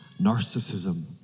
narcissism